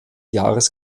jahres